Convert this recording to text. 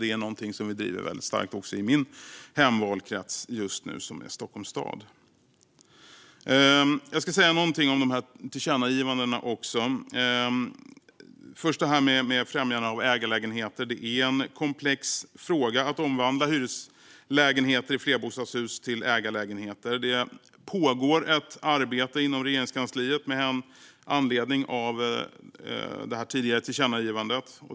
Det är någonting som vi just nu också driver väldigt starkt i min hemvalkrets, Stockholms stad. Jag ska också säga någonting om de föreslagna tillkännagivandena. När det först gäller främjande av ägarlägenheter är det en komplex fråga att omvandla hyreslägenheter i flerbostadshus till ägarlägenheter. Det pågår ett arbete inom Regeringskansliet med anledning av det tidigare tillkännagivandet.